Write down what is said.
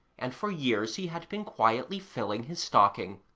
and for years he had been quietly filling his stocking.